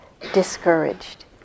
discouraged